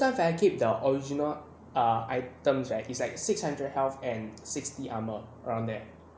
but if I keep the original err items right it's like six hundred heal and sixty armours around there